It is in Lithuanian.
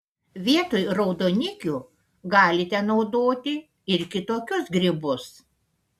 vietoj raudonikių galite naudoti ir kitokius grybus